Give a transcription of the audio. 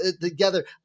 together